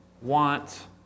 want